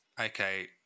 okay